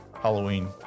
Halloween